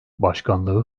başkanlığı